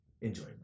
enjoy